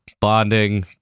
bonding